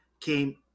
came